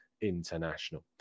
international